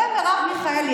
בושה וחרפה.